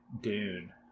Dune